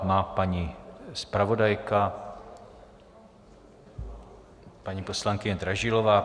Má paní zpravodajka, paní poslankyně Dražilová.